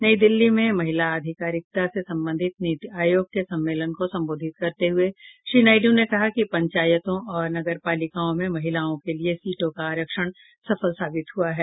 नई दिल्ली में महिला अधिकारिता से संबंधित नीति आयोग के सम्मेलन को संबोधित करते हुए श्री नायडू ने कहा कि पंचायतों और नगरपालिकाओं में महिलाओं के लिए सीटों का आरक्षण सफल साबित हुआ है